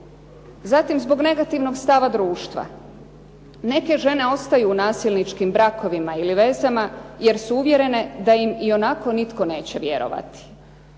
Zatim, zbog negativnog stava društva. Neke žene ostaju u nasilničkim brakovima ili vezama jer su uvjerene da im ionako nitko neće vjerovati.